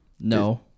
No